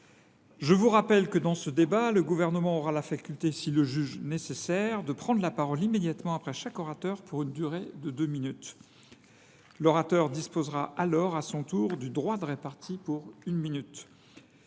Je vous rappelle que, dans ce débat, le Gouvernement aura la faculté, s’il le juge nécessaire, de prendre la parole immédiatement après chaque orateur pour une durée de deux minutes ; l’auteur de la question disposera alors à son tour du droit de répartie, pour une minute.